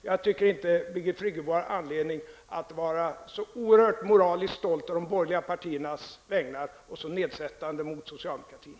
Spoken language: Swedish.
Jag tycker inte Birgit Friggebo har anledning att vara så oerhört moraliskt stolt å de borgerliga partiernas vägnar och så nedsättande mot socialdemokratin.